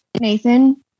Nathan